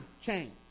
change